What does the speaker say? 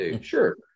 sure